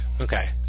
Okay